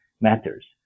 matters